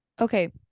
Okay